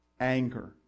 Anger